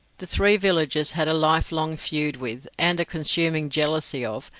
the three villages had a life-long feud with, and a consuming jealousy of,